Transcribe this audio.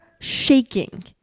shaking